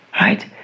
right